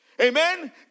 Amen